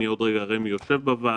עוד רגע אראה מי יושב בוועדה.